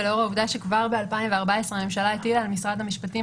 ולאור העובדה שכבר ב-2014 הממשלה הטילה על משרד המשפטים